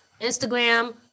instagram